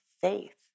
faith